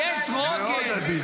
מאוד עדין.